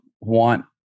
want